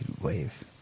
wave